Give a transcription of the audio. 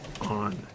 on